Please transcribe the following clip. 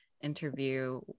interview